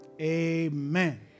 amen